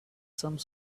some